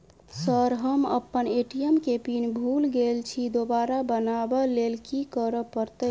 Sir हम अप्पन ATM केँ पिन भूल गेल छी दोबारा बनाब लैल की करऽ परतै?